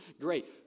Great